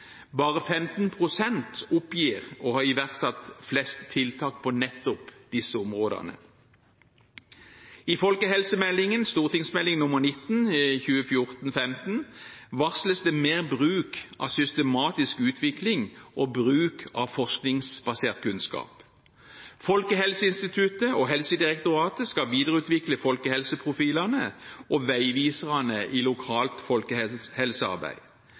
Bare 15 pst. oppgir å ha iverksatt flest tiltak på nettopp disse områdene. I folkehelsemeldingen, Meld. St. 19 for 2014–2015, varsles det mer bruk av systematisk utvikling og bruk av forskningsbasert kunnskap. Folkehelseinstituttet og Helsedirektoratet skal videreutvikle folkehelseprofilene og veiviserne i lokalt folkehelsearbeid.